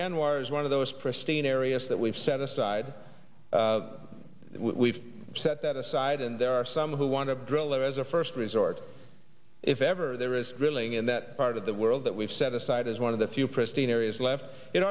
anwar is one of those pristine areas that we've set aside we've set that aside and there are some who want to drill as a first resort if ever there is drilling in that part of the world that we've set aside as one of the few pristine areas left it